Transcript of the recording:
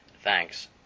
Thanks